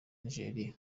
nigeria